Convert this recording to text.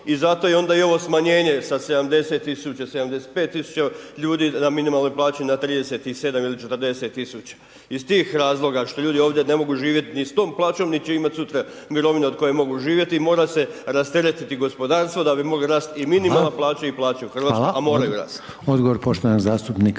i zato onda i ovo smanjenje sa 70000, 75000 ljudi na minimalnoj plaći na 37000 ili 40000. Iz tih razloga što ljudi ovdje ne mogu živjeti ni s tom plaćom, niti će imati sutra mirovinu od koje mogu živjeti i mora se rasteretiti gospodarstvo da bi mogle rast i minimalna plaća i plaća u Hrvatskoj. A moraju rast.